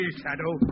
shadow